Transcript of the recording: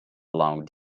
along